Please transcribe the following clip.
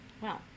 Wow